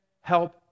help